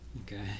Okay